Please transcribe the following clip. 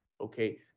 okay